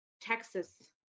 texas